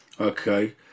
okay